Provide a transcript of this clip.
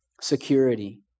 security